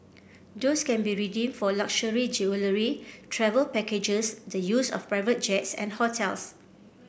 those can be redeemed for luxury jewellery travel packages the use of private jets and hotels